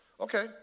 Okay